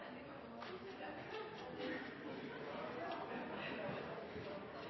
enige om